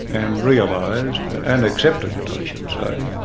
and realised, and accepted it i should say,